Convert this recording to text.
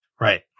Right